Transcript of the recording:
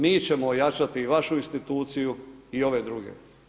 Mi ćemo ojačati vašu instituciju i ove druge.